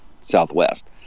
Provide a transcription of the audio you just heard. Southwest